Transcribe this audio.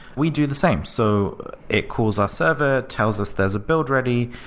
we do the same. so it calls our server, tells us there's a build ready,